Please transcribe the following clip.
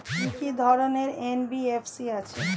কি কি ধরনের এন.বি.এফ.সি আছে?